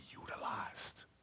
utilized